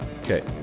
Okay